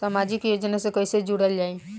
समाजिक योजना से कैसे जुड़ल जाइ?